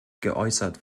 geäußert